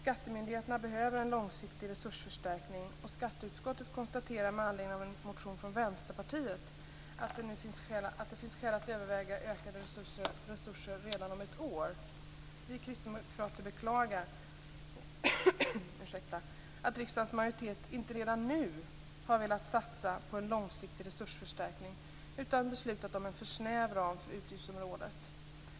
Skattemyndigheterna behöver en långsiktig resursförstärkning, och skatteutskottet konstaterar med anledning av en motion från Vänsterpartiet att det finns skäl att överväga ökade resurser redan om ett år.